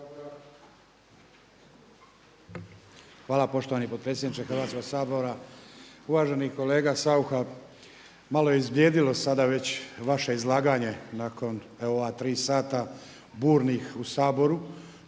Hvala poštovani potpredsjedniče Hrvatskog sabora. Uvaženi kolega Saucha, malo je izblijedilo sada već vaše izlaganje nakon evo ova tri sata burnih u Saboru,